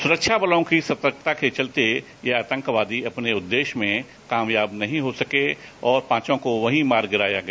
सुरक्षाबलों की सतर्कता के चलते यह आतंकवादी अपने उद्देश्य में कामयाब नहीं हो सके और पांचों को वही मार गिराया गया